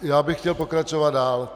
Já bych chtěl pokračovat dál.